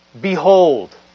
Behold